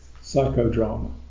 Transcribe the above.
psychodrama